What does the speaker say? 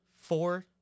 four